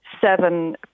seven